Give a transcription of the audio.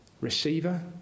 Receiver